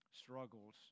struggles